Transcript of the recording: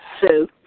Sue